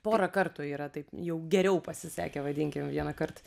porą kartų yra taip jau geriau pasisekę vadinkim vienąkart